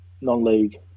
non-league